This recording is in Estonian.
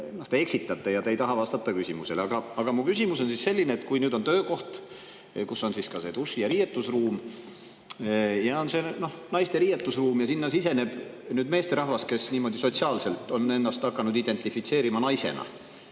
te eksitate ja te ei taha vastata küsimusele. Aga mu küsimus on selline, et kui on töökoht, kus on ka duši- ja riietusruum, ja on see naiste riietusruum ja sinna siseneb meesterahvas, kes sotsiaalselt on ennast hakanud identifitseerima naisena,